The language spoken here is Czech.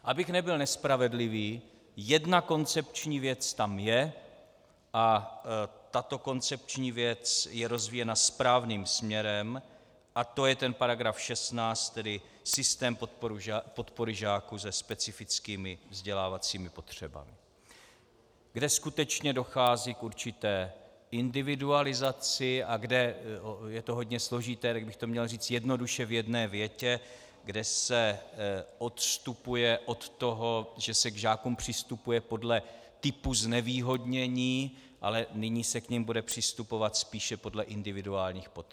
Abych nebyl nespravedlivý, jedna koncepční věc tam je a tato koncepční věc je rozvíjena správným směrem, a to je ten § 16, tedy systém podpory žáků se specifickými vzdělávacími potřebami, kde skutečně dochází k určité individualizaci a kde je to hodně složité, kdybych to měl říci jednoduše v jedné větě, kde se odstupuje od toho, že se k žákům přistupuje podle typu znevýhodnění, ale nyní se k nim bude přistupovat spíše podle individuálních potřeb.